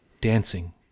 dancing